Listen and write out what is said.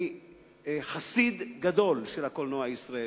שאני חסיד גדול של הקולנוע הישראלי.